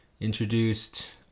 introduced